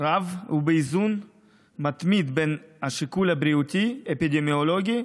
רב ובאיזון מתמיד בין השיקול הבריאותי-האפידמיולוגי,